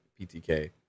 PTK